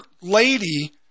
lady